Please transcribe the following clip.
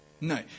No